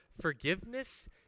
Forgiveness